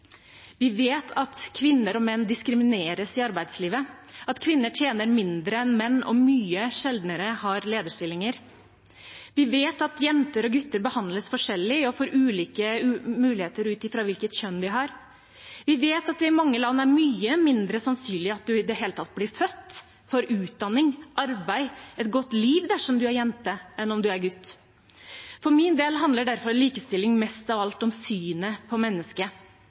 Vi vet at kvinner og menn diskrimineres i arbeidslivet, at kvinner tjener mindre enn menn og mye sjeldnere har lederstillinger. Vi vet at jenter og gutter behandles forskjellig og får ulike muligheter ut fra hvilket kjønn de har. Vi vet at det i mange land er mye mindre sannsynlig at du i det hele tatt blir født og får utdanning, arbeid eller et godt liv dersom du er jente, enn om du er gutt. For min del handler derfor likestilling mest av alt om synet på mennesket